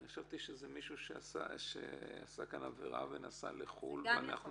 חשבתי שזה מישהו שעשה כאן עבירה ונסע לחו"ל ועכשיו אנחנו